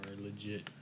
legit